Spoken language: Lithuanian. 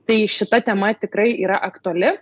tai šita tema tikrai yra aktuali